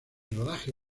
rodaje